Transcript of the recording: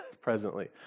presently